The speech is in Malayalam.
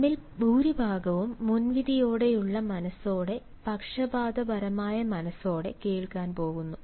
നമ്മിൽ ഭൂരിഭാഗവും മുൻവിധിയോടെയുള്ള മനസ്സോടെ പക്ഷപാതപരമായ മനസ്സോടെ കേൾക്കാൻ പോകുന്നു